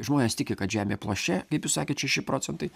žmonės tiki kad žemė plokščia kaip jūs sakėt šeši procentai